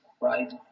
right